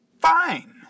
fine